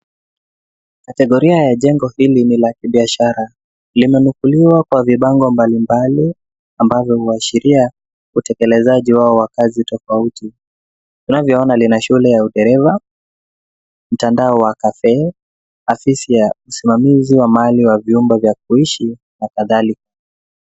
Kategoria ya jengo hili ni la kibiashara. Limenukuliwa kwa vibango mbalimbali ambavyo huashiria utekelezaji wao wa kazi tofauti. Tunavyoona lina shule ya udereva, mtandao wa cafe , afisi ya usimamizi wa mali wa vyumba vya kuishi na kadhalika.